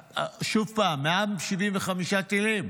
שוב, 175 טילים.